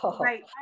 right